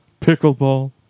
Pickleball